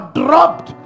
dropped